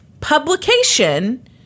publication